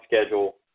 schedule